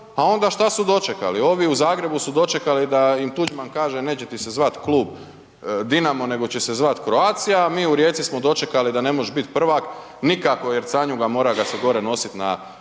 a onda šta su dočekali? Ovi u Zagrebu su dočekali da im Tuđman kaže neće ti se zvati klub Dinamo nego će se zvati Croatica, a mi u Rijeci smo dočekali da ne možeš biti prvak nikako jer Canjuga mora ga se gore nositi na krilima,